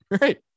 right